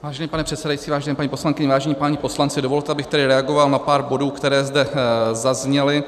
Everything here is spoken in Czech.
Vážený pane předsedající, vážené paní poslankyně, vážení páni poslanci, dovolte, abych tedy reagoval na pár bodů, které zde zazněly.